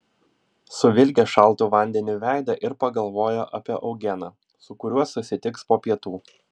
suvilgė šaltu vandeniu veidą ir pagalvojo apie eugeną su kuriuo susitiks po pietų